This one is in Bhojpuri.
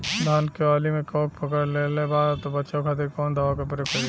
धान के वाली में कवक पकड़ लेले बा बचाव खातिर कोवन दावा के प्रयोग करी?